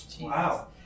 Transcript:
Wow